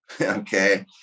okay